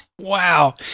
Wow